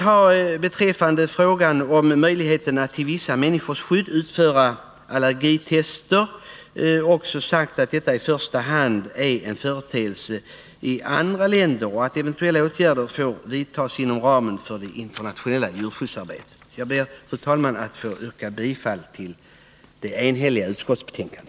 Vad beträffar möjligheterna att till vissa människors skydd utföra allergitester har utskottet sagt att detta i första hand är en företeelse i andra länder och att eventuella åtgärder får vidtas inom ramen för det internationella djurskyddsarbetet. Jag ber, fru talman, att få yrka bifall till vad utskottet har hemställt i sitt enhälliga betänkande.